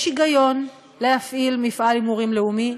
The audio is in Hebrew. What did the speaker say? יש היגיון להפעיל מפעל הימורים לאומי.